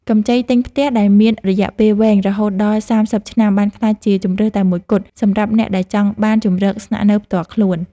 កម្ចីទិញផ្ទះដែលមានរយៈពេលវែងរហូតដល់សាមសិបឆ្នាំបានក្លាយជាជម្រើសតែមួយគត់សម្រាប់អ្នកដែលចង់បានជម្រកស្នាក់នៅផ្ទាល់ខ្លួន។